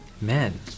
men